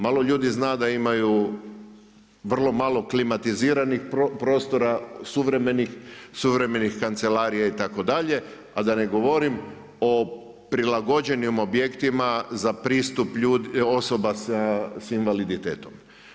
Malo ljudi zna da imaju vrlo malo klimatiziranih prostora, suvremenih kancelarija itd., a da ne govorim o prilagođenim objektima za pristup osoba sa invaliditetom.